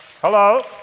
Hello